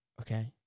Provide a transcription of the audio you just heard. Okay